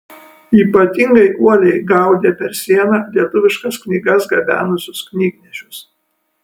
ypatingai uoliai gaudė per sieną lietuviškas knygas gabenusius knygnešius